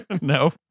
No